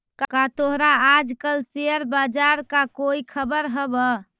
का तोहरा आज कल शेयर बाजार का कोई खबर हवअ